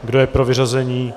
Kdo je pro vyřazení?